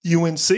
UNC